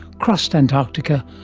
crossed antarctica,